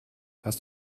hast